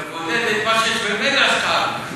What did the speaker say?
תבודד את מה שיש ממילא השקעה.